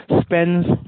spends